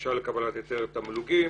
בקשה לקבלת היתר תמלוגים.